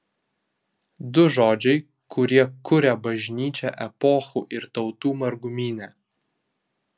du žodžiai kurie kuria bažnyčią epochų ir tautų margumyne